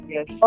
Yes